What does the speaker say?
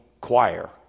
choir